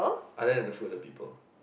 other than the food and the people